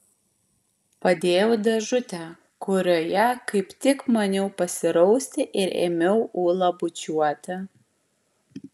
padėjau dėžutę kurioje kaip tik maniau pasirausti ir ėmiau ulą bučiuoti